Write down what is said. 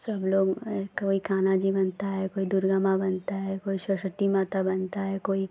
सबलोग एक वही कान्हा जी बनता है कोई दुर्गा माँ बनता है कोई सरस्वती माता बनता है कोई